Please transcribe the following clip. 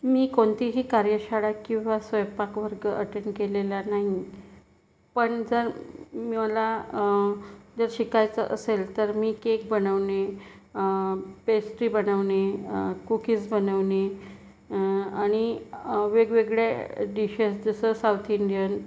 मी कोणतीही कार्यशाळा किंवा स्वयंपाक वर्ग अटेंड केलेला नाही पण जर मला जर शिकायचे असेल तर मी केक बनवणे पेस्ट्री बनवणे कुकीज बनवणे आणि वेगवेगळे डिशेस जसं साउथ इंडियन